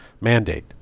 mandate